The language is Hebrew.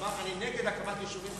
הוא אמר: אני נגד הקמת יישובים חדשים.